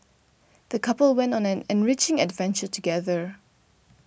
the couple went on an enriching adventure together